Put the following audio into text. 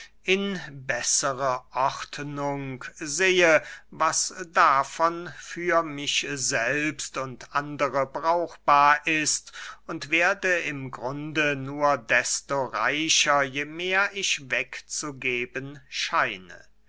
in bessere ordnung sehe was davon für mich selbst und andere brauchbar ist und werde im grunde nur desto reicher je mehr ich wegzugeben scheine